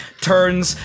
turns